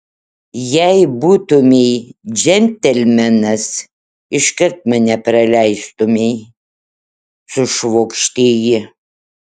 jei būtumei džentelmenas iškart mane praleistumei sušvokštė ji